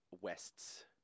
West's